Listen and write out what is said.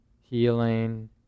healing